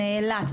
מאילת,